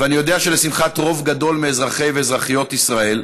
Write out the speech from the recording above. ואני יודע שלשמחת רוב גדול מאזרחי ואזרחיות ישראל,